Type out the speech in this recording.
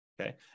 Okay